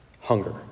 hunger